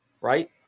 right